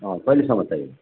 कहिलेसम्म चाहिएको